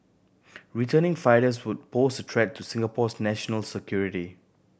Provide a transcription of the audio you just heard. returning fighters would pose a threat to Singapore's national security